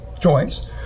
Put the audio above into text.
joints